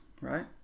right